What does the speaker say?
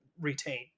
retain